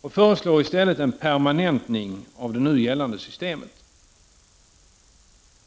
och föreslår i stället en permanentning av det nu gällande systemet.